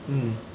mm